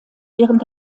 während